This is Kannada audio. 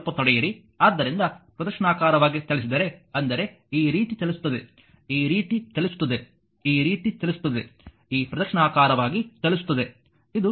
ಸ್ವಲ್ಪ ತಡೆಯಿರಿ ಆದ್ದರಿಂದ ಪ್ರದಕ್ಷಿಣಾಕಾರವಾಗಿ ಚಲಿಸಿದರೆ ಅಂದರೆ ಈ ರೀತಿ ಚಲಿಸುತ್ತದೆ ಈ ರೀತಿ ಚಲಿಸುತ್ತದೆ ಈ ರೀತಿ ಚಲಿಸುತ್ತದೆ ಈ ಪ್ರದಕ್ಷಿಣಾಕಾರವಾಗಿ ಚಲಿಸುತ್ತದೆ